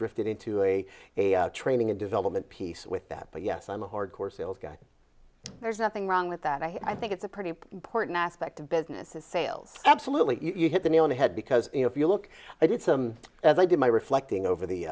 drifted into a training and development piece with that but yes i'm a hardcore sales guy there's nothing wrong with that i think it's a pretty important aspect of business is sales absolutely you hit the nail on the head because you know if you look i did some as i did my reflecting